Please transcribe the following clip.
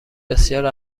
بسیار